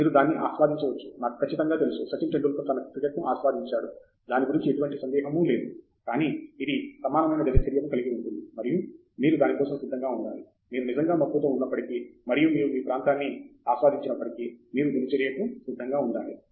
మీరు దాన్ని ఆస్వాదించవచ్చు నాకు ఖచ్చితంగా తెలుసు సచిన్ టెండూల్కర్ తన క్రికెట్ను ఆస్వాదించాడు దాని గురించి ఎటువంటి సందేహం లేదు కానీ ఇది సమానమైన దినచర్యను కలిగి ఉంటుంది మరియు మీరు దాని కోసం సిద్ధంగా ఉండాలి మీరు నిజంగా మక్కువతో ఉన్నప్పటికీ మరియు మీరు మీ ప్రాంతాన్ని ఆస్వాదించి నప్పటికీ మీరు దినచర్య కి సిద్ధంగా ఉండాలి